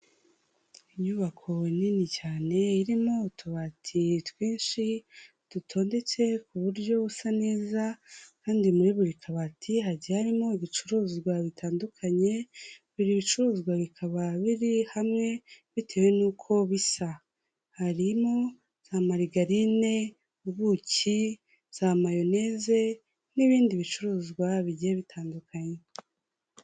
Inyubako nini cyane irimo utubati twinshi dutondetse ku buryo busa neza kandi muri buri kabati hagiye harimo ibicuruzwa bitandukanye buri bicuruzwa bikaba biri hamwe bitewe n'uko bisa harimo za marigarine ubuki za mayoneze n'ibindi bicuruzwa bigiye bitandukanye.